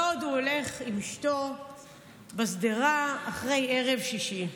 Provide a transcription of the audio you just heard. בעוד הוא הולך עם אשתו בשדרה אחרי ערב שישי.